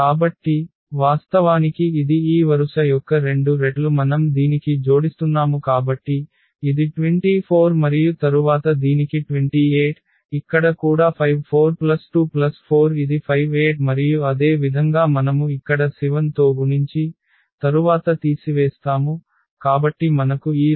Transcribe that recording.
కాబట్టి వాస్తవానికి ఇది ఈ వరుస యొక్క రెండు రెట్లు మనం దీనికి జోడిస్తున్నాము కాబట్టి ఇది 24 మరియు తరువాత దీనికి 28 ఇక్కడ కూడా 5424 ఇది 58 మరియు అదే విధంగా మనము ఇక్కడ 7 తో గుణించి తరువాత తీసివేస్తాము కాబట్టి మనకు ఈ రో వస్తుంది